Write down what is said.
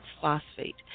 phosphate